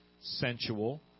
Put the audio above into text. sensual